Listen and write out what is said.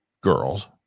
girls